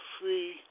free